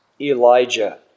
Elijah